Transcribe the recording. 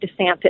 DeSantis